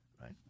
right